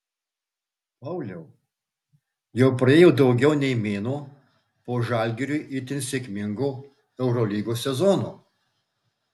pauliau jau praėjo daugiau nei mėnuo po žalgiriui itin sėkmingo eurolygos sezono